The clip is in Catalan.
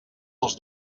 els